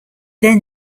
then